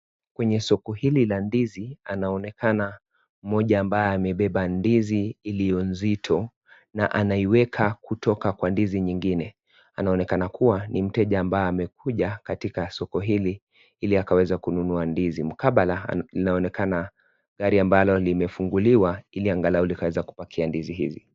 Kwenye soko hili la ndizi, anaonekana mmoja ambaye amebeba ndizi iliyo nzito na anaiweka kutoka kwa ndizi nyingine. Anaonekana kuwa ni mteja ambaye amekuja katika soko hili ili akaweze kununua ndizi. Mkabala inaonekana gari ambalo limefunguliwa ili angalau liweze kupakia ndizi hizi.